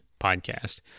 podcast